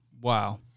Wow